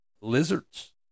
lizards